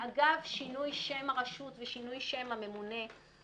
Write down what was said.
ואגב שינוי שם הרשות ושינוי שם הממונה,